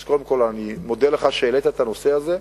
אז קודם כול, אני מודה לך שהעלית את הנושא הזה.